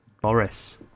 Boris